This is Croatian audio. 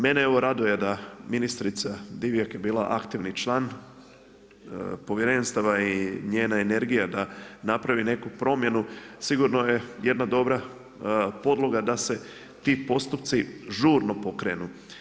Mene evo raduje da ministrica Divjak je bila aktivni član povjerenstava i njena energija da napravi neku promjenu sigurno je jedna dobra podloga da se ti postupci žurno pokrenu.